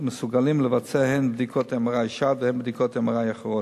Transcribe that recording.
מסוגלים לבצע הן בדיקות MRI שד והן בדיקות MRI אחרות.